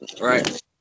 right